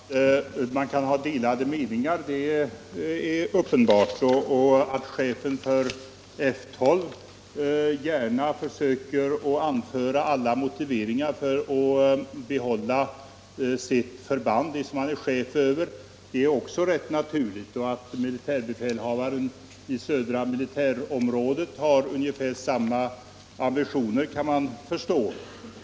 Herr talman! Det är uppenbart att man kan ha delade meningar, och det är också rätt naturligt att chefen för F 12 gärna försöker anföra alla motiveringar för att behålla sitt förband, som han är chef över. Vidare kan man förstå att militärbefälhavaren i södra militärområdet har ungefär samma ambitioner.